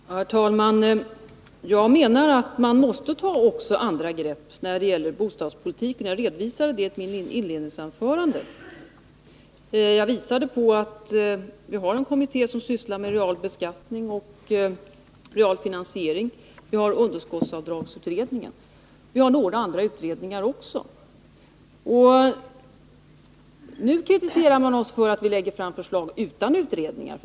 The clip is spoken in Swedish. Herr talman! Jag menar att man också måste ta till andra grepp när det gäller bostadspolitiken. Jag redovisade det i mitt inledningsanförande. Vi har en kommitté som sysslar med real beskattning och real finansiering, vi har underskottsavdragsutredningen, och det finns också några andra utredningar. Nu kritiserar man oss för att vi lägger fram förslag utan utredningar.